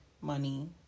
money